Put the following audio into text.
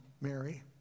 Mary